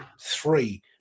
three